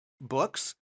books